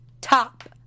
Top